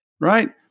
right